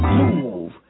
move